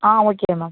ah okay ma'am